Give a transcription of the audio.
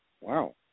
Wow